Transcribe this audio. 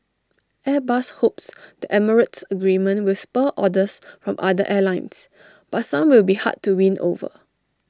airbus hopes the emirates agreement will spur orders from other airlines but some will be hard to win over